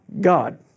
God